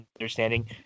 understanding